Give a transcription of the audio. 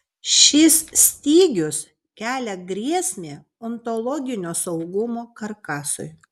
šis stygius kelia grėsmę ontologinio saugumo karkasui